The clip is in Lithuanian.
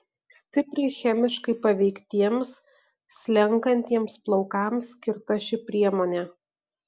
stipriai chemiškai paveiktiems slenkantiems plaukams skirta ši priemonė